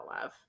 love